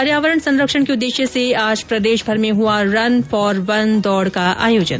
पर्यावरण संरक्षण के उद्देश्य से आज प्रदेशभर में हुआ रन फोर वन दौड़ का अयोजन